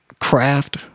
craft